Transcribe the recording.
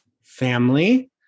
family